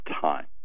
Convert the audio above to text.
time